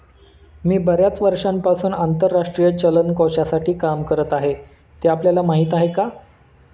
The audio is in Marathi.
मी बर्याच वर्षांपासून आंतरराष्ट्रीय चलन कोशासाठी काम करत आहे, ते आपल्याला माहीत आहे का?